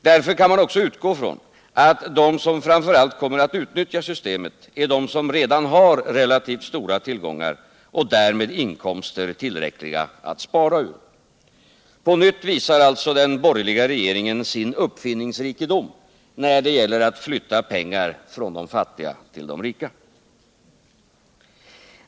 | Därför kan man också utgå från att de som framför allt kommer att utnyttja systemet är de som redan har relativt stora tillgångar och därmed inkomster tillräckliga att spara ur. På nytt visar alltså den borgerliga regeringen sin uppfinningsrikedom när det gäller att flytta pengar från de fattiga till de rika.